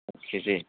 आत केजि